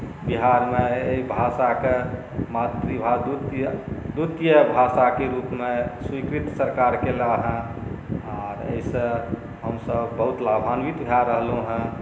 बिहारमे एहि भाषाकेँ द्वितीय भाषाके रूपमे स्वीकृत सरकार केलाह हेँ आ एहिसँ हमसभ बहुत लाभान्वित भए रहलहुँ हेँ